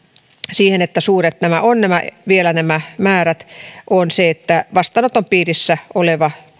siihen että nämä määrät ovat vielä suuret on se että vastaanoton piirissä on